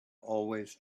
always